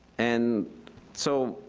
and so, you